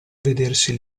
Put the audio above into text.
vedersi